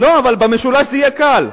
לא, אבל במשולש זה יהיה קל.